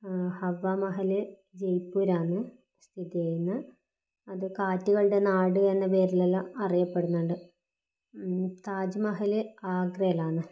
ഹവാമഹൽ ജയ്പ്പൂരിലാണ് സ്ഥിതി ചെയ്യുന്നത് അത് കാറ്റുകളുടെ നാട് എന്ന പേരിലെല്ലാം അറിയപ്പെടുന്നുണ്ട് താജ്മഹൽ ആഗ്രയിലാണ്